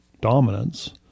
dominance